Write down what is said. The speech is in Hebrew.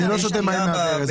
אני לא שותה מים מן הברז.